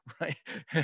right